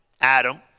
Adam